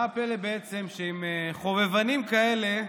מה הפלא בעצם שעם חובבנים כאלה,